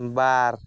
ᱵᱟᱨ